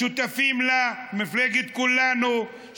שותפים לה מפלגת כולנו,